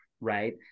right